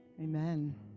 Amen